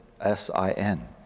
S-I-N